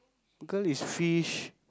girl is fish